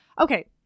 Okay